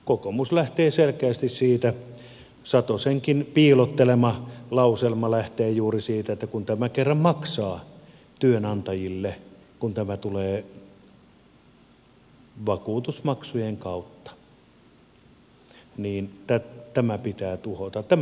kokoomus lähtee selkeästi siitä satosenkin piilottelema lauselma lähtee juuri siitä että kun tämä kerran maksaa työnantajille kun tämä tulee vakuutusmaksujen kautta niin tämä pitää tuhota